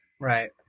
Right